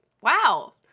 Wow